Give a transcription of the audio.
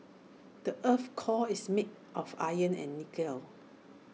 the Earth's core is made of iron and nickel